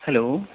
hello